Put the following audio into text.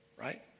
right